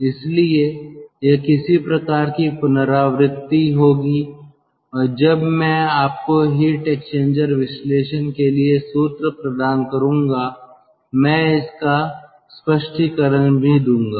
इसलिए यह किसी प्रकार की पुनरावृत्ति होगी और जब मैं आपको हीट एक्सचेंजर विश्लेषण के लिए सूत्र प्रदान करूंगा मैं इसका स्पष्टीकरण भी दूंगा